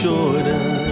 Jordan